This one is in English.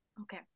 Okay